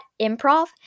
improv